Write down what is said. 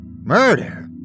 Murder